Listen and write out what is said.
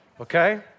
Okay